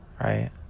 right